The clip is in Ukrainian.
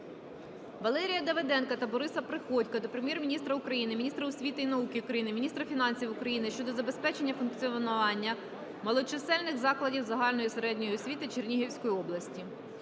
Валерія Давиденка та Бориса Приходька до Прем'єр-міністра України, міністра освіти і науки України, міністра фінансів України щодо збереження функціонування малочисельних закладів загальної середньої освіти Чернігівської області.